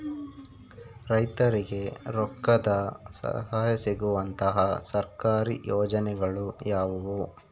ರೈತರಿಗೆ ರೊಕ್ಕದ ಸಹಾಯ ಸಿಗುವಂತಹ ಸರ್ಕಾರಿ ಯೋಜನೆಗಳು ಯಾವುವು?